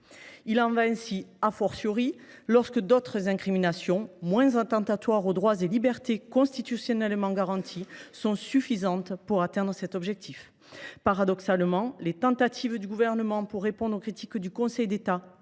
Il en va ainsi,, lorsque d’autres incriminations moins attentatoires aux droits et libertés constitutionnellement garantis sont suffisantes pour atteindre cet objectif. Paradoxalement, les tentatives du Gouvernement pour répondre aux critiques du Conseil d’État